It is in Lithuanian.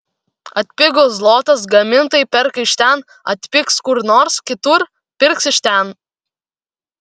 atpigo zlotas gamintojai perka iš ten atpigs kur nors kitur pirks iš ten